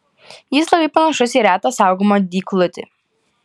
jis labai panašus į retą saugomą dyglutį